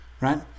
right